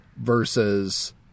versus